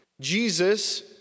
Jesus